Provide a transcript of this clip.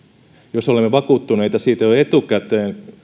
jos olemme vakuuttuneita siitä jo etukäteen